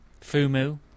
FUMU